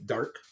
Dark